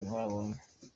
babonye